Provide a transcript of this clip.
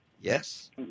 Yes